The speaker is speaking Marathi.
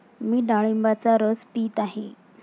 मी डाळिंबाचा रस पीत आहे